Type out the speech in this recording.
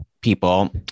people